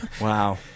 Wow